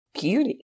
Beauty